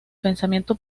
pensamiento